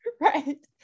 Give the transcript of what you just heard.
right